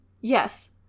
Yes